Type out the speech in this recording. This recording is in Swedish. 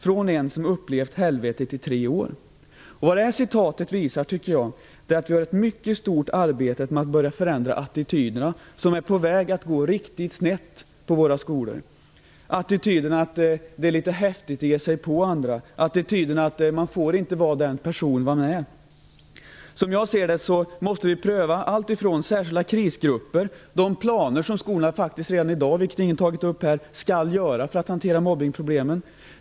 Från en som upplevt helvetet i tre år." Det här citatet visar att vi har ett mycket stort arbete med att börja förändra attityderna, som är på väg att gå riktigt snett på våra skolor. Det är attityden att det är litet häftigt att ge sig på andra och attityden att man inte får vara den person man är. Som jag ser det, måste vi pröva allt från särskilda krisgrupper - de planer som skolorna redan i dag har för hur de skall hantera mobbningsproblemen.